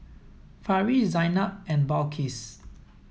Farish Zaynab and Balqis